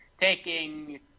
taking